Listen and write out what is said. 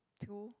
to